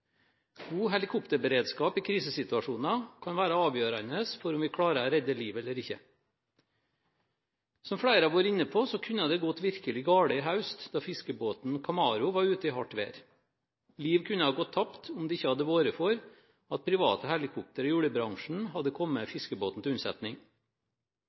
god beredskap. God helikopterberedskap i krisesituasjoner kan være avgjørende for om vi klarer å redde liv eller ikke. Som flere har vært inne på, kunne det gått virkelig galt i høst da fiskebåten Kamaro var ute i hardt vær. Liv kunne ha gått tapt om det ikke hadde vært for at private helikoptre i oljebransjen hadde kommet